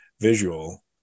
visual